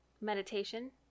meditation